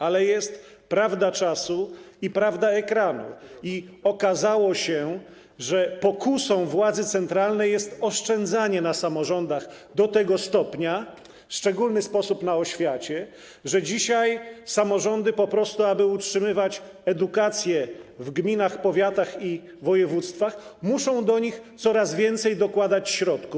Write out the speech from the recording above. Ale jest prawda czasu i prawda ekranu i okazało się, że pokusą władzy centralnej jest oszczędzanie na samorządach do tego stopnia, w szczególny sposób na oświacie, że dzisiaj samorządy po prostu, aby utrzymywać edukację w gminach, powiatach i województwach, muszą dokładać do nich coraz więcej środków.